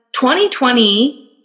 2020